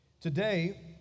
Today